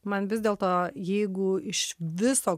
man vis dėlto jeigu iš viso